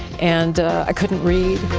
and i couldn't read.